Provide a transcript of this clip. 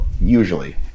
usually